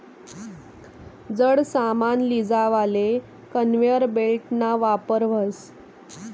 जड सामान लीजावाले कन्वेयर बेल्टना वापर व्हस